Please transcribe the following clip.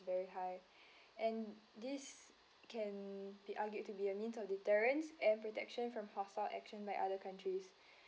very high and this can be argued to be a means of deterrence and protection from hostile action by other countries